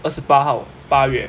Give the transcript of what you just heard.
二十八号八月